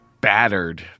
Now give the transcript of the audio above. battered